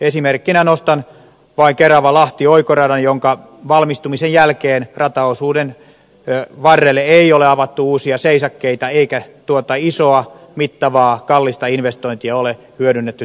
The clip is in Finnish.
esimerkiksi nostan vain keravalahti oikoradan jonka valmistumisen jälkeen rataosuuden varrelle ei ole avattu uusia seisakkeita eikä tuota isoa mittavaa kallista investointia ole hyödynnetty täysimääräisesti